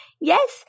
Yes